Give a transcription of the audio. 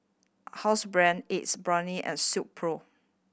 Housebrand Ace Brainery and Silkpro